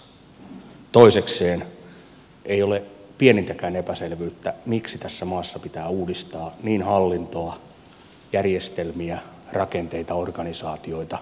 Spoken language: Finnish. toisekseen ei ole pienintäkään epäselvyyttä miksi tässä maassa pitää uudistaa niin hallintoa järjestelmiä rakenteita kuin organisaatioita